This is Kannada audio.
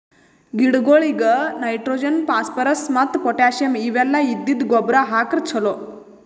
ಗಿಡಗೊಳಿಗ್ ನೈಟ್ರೋಜನ್, ಫೋಸ್ಫೋರಸ್ ಮತ್ತ್ ಪೊಟ್ಟ್ಯಾಸಿಯಂ ಇವೆಲ್ಲ ಇದ್ದಿದ್ದ್ ಗೊಬ್ಬರ್ ಹಾಕ್ರ್ ಛಲೋ